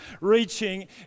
reaching